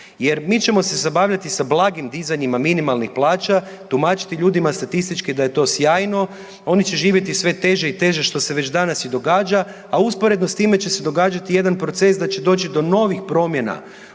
Jer, mi ćemo se zabavljati sa blagim dizanjima minimalnih plaća, tumačiti ljudima statistički da je to sjajno, oni će živjeti sve teže i teže, što se već danas i događa, a usporedno s time će se događati i jedan proces, da će doći do novih promjena